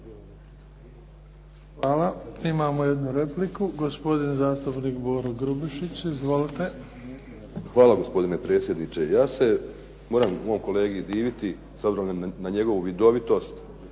Hvala. Imamo jednu repliku, gospodin zastupnik Boro Grubišić. Izvolite. **Grubišić, Boro (HDSSB)** Hvala, gospodine predsjedniče. Ja se moram mom kolegi diviti s obzirom na njegovu vidovitost